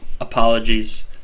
Apologies